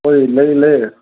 ꯍꯣꯏ ꯂꯩ ꯂꯩꯑꯦ